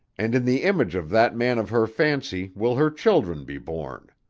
and in the image of that man of her fancy will her children be born.